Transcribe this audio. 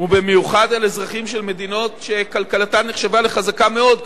ובמיוחד על אזרחים של מדינות שכלכלתן נחשבה חזקה מאוד,